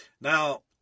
Now